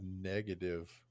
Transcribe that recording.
negative